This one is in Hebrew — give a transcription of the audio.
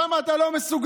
שם אתה לא מסוגל.